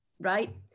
right